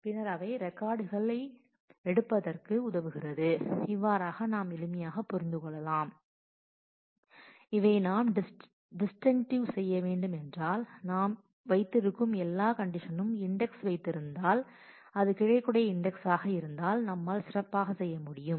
பின்னர் அவை ரெக்கார்டுகளை எடுப்பதற்கு உதவுகிறது இவ்வாறாக நாம் எளிமையாகப் புரிந்துகொள்ளலாம் இதை நாம் டிஸ்டன்ங்க்ட்டிவ் செய்ய வேண்டும் என்றால் நாம் வைத்து இருக்கும் எல்லா கண்டிஷனும் இன்டெக்ஸ் வைத்திருந்தால் அது கிடைக்கக்கூடிய இன்டெக்ஸ்சாக இருந்தால் நம்மால் சிறப்பாக செய்யு முடியும்